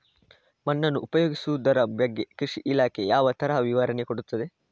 ಮಣ್ಣನ್ನು ಉಪಯೋಗಿಸುದರ ಬಗ್ಗೆ ಕೃಷಿ ಇಲಾಖೆ ಯಾವ ತರ ವಿವರಣೆ ಕೊಡುತ್ತದೆ?